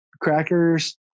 crackers